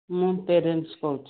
ମୁଁ ପ୍ୟାରେଣ୍ଟ୍ସ୍ କହୁଛି